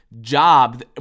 job